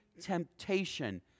temptation